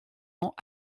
ans